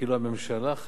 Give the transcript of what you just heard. כאילו הממשלה,